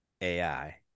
AI